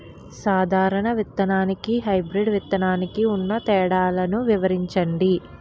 సాధారణ విత్తననికి, హైబ్రిడ్ విత్తనానికి ఉన్న తేడాలను వివరించండి?